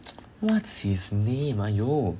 what's his name !aiyo!